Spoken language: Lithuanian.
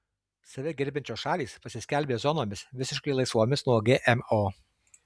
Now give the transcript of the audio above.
save gerbiančios šalys pasiskelbė zonomis visiškai laisvomis nuo gmo